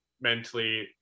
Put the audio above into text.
mentally